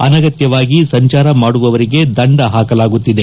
ಅನಗತ್ಯವಾಗಿ ಸಂಚಾರ ಮಾಡುವವರಿಗೆ ದಂಡಪಾಕಲಾಗುತ್ತಿದೆ